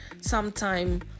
sometime